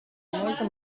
molto